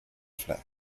flag